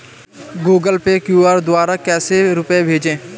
Google Pay QR द्वारा कैसे रूपए भेजें?